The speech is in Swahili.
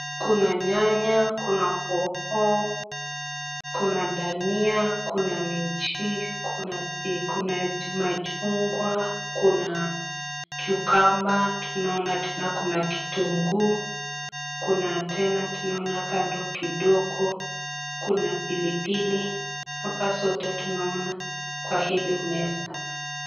Kuna nyanya, kuna hoho, kuna dania, kuna minji ,kuna machungwa, kuna cucumber ,tunaona tena kuna kitunguu, kuna tena tunaona kando kidogo, kuna pilipili. Hapa zote tunaona kwa hili meza.